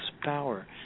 power